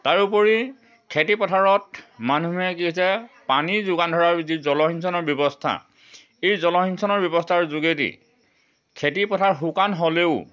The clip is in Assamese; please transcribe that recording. তাৰোপৰি খেতিপথাৰত মানুহে কি হৈছে পানীৰ যোগান ধৰাৰ যি জলসিঞ্চনৰ ব্যৱস্থা এই জলসিঞ্চনৰ ব্যৱস্থাৰ যোগেদি খেতিপথাৰ শুকান হ'লেও